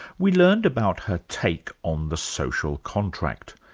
we learned about her take on the social contract.